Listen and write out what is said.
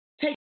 take